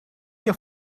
your